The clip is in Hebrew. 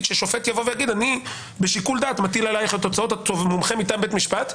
ששופט יגיד: אני בשיקול דעת מטיל מומחה בית משפט,